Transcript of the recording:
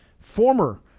former